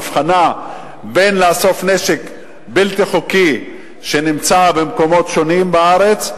בין לאסוף נשק בלתי חוקי שנמצא במקומות שונים בארץ,